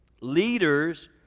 Leaders